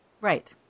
Right